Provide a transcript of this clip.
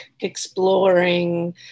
exploring